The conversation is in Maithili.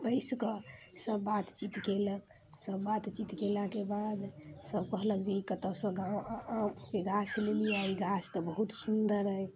बैस कऽ सब बातचीत कयलक सब बातचीत कयलाके बाद सब कहलक जे ई कतऽसँ आमके गाछ लेलियै ई गाछ तऽ बहुत सुन्दर अइ